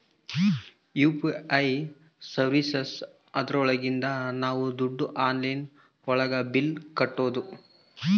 UPI services ಇದ್ರೊಳಗಿಂದ ನಾವ್ ದುಡ್ಡು ಆನ್ಲೈನ್ ಒಳಗ ಬಿಲ್ ಕಟ್ಬೋದೂ